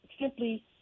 simply